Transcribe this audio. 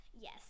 Yes